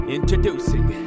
Introducing